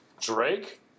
Drake